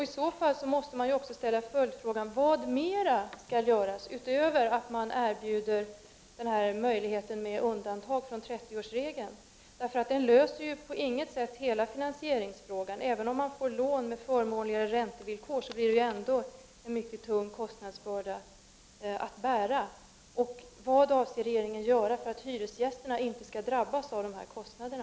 I så fall måste jag ställa följdfrågan: Vad skall göras förutom att man beviljar undantag från 30-årsregeln? Ett undantag löser ju på intet sätt hela finansieringsfrågan. Även om man får lån med förmånliga räntevillkor, blir det en mycket tung kostnadsbörda. Vad avser regeringen att göra för att hyresgästerna inte skall drabbas av kostnaderna?